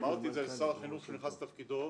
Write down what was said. אמרתי את זה לשר החינוך כשהוא נכנס לתפקידו,